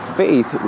faith